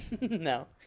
No